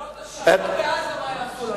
נראה אותה שבוע בעזה, מה יעשו לה.